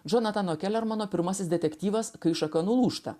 džonatano kelermano pirmasis detektyvas kai šaka nulūžta